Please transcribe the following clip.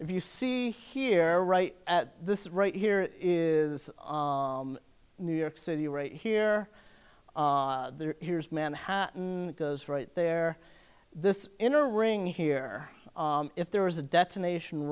if you see here right at this right here is new york city right here here's manhattan because right there this inner ring here if there was a detonation